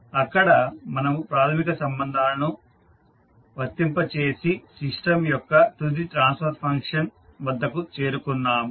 అక్కడ మనము ప్రాథమిక సంబంధాలను వర్తింపచేసి సిస్టం యొక్క తుది ట్రాన్స్ఫర్ ఫంక్షన్ వద్దకు చేరుకున్నాము